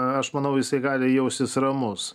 aš manau jisai gali jaustis ramus